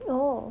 oh